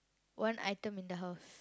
one item in the house